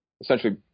essentially